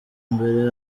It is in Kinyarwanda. mbere